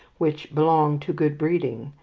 which belong to good breeding,